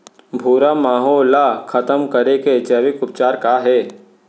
भूरा माहो ला खतम करे के जैविक उपचार का हे?